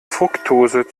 fruktose